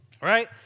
right